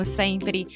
sempre